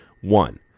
One